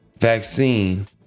vaccine